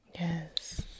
yes